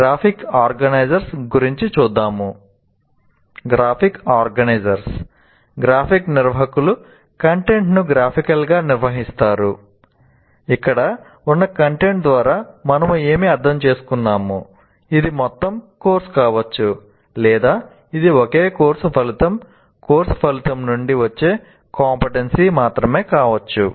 graphic ఆర్గనైజర్లు మాత్రమే కావచ్చు